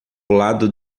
lado